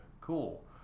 cool